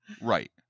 Right